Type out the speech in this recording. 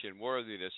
worthiness